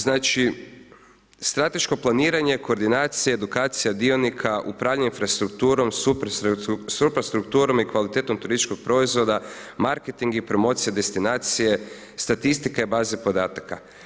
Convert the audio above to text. Znači, strateško planiranje, koordinacije, edukacija dionika, upravljanje infrastrukturom, super strukturom i kvalitetom turističkog proizvoda, marketing i promocija destinacije, statistika i baze podataka.